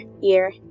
year